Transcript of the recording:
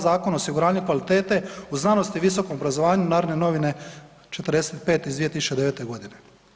Zakona o osiguranju kvalitete u znanosti i visokom obrazovanju, Narodne novine 45 iz 2009. godine.